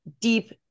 deep